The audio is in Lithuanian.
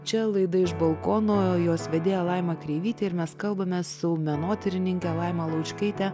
čia laida iš balkono jos vedėja laima kreivytė ir mes kalbame su menotyrininke laima laučkaite